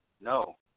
No